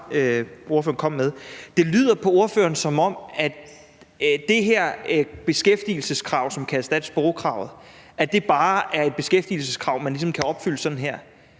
ordføreren kom med. Det lyder på ordføreren, som om at det her beskæftigelseskrav, som kan erstatte sprogkravet, bare er et beskæftigelseskrav, man ligesom kan opfylde sådan her